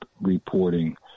reporting